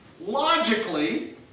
logically